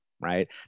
Right